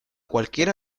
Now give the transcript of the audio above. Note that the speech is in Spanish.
cualquier